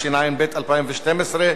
התשע"ב 2012,